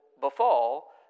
befall